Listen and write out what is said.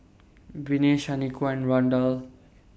Viney Shaniqua and Randall